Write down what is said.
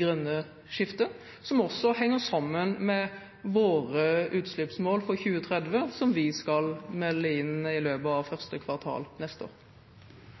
grønne skiftet, som også henger sammen med våre utslippsmål for 2030, som vi skal melde inn i løpet av første kvartal neste år.